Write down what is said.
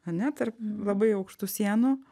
ane tar labai aukštų sienų